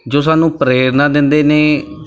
ਜੋ ਸਾਨੂੰ ਪ੍ਰੇਰਨਾ ਦਿੰਦੇ ਨੇ